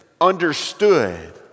understood